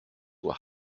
were